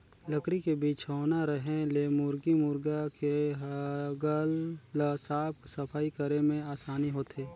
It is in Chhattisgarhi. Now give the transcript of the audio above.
लकरी के बिछौना रहें ले मुरगी मुरगा के हगल ल साफ सफई करे में आसानी होथे